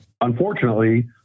unfortunately